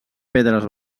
pedres